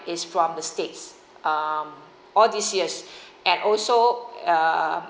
is from the states um all these years and also uh